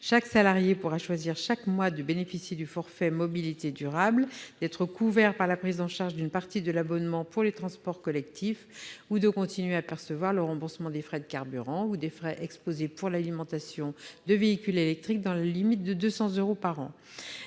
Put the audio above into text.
Chaque salarié pourra choisir chaque mois de bénéficier du forfait mobilités durables, d'être couvert par la prise en charge d'une partie de l'abonnement pour les transports collectifs, ou de continuer à percevoir le remboursement des frais de carburant ou des frais exposés pour l'alimentation de véhicules électriques, dans la limite de 200 euros par an.